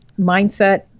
mindset